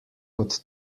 kot